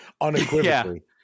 Unequivocally